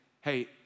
hey